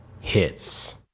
hits